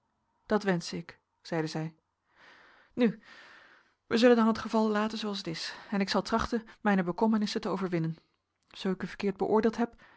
dat wensen ik zeide zij nu wij zullen dan het geval laten zooals het is en ik zal trachten mijne bekommernissen te overwinnen zoo ik u verkeerd beoordeeld heb